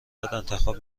انتخاب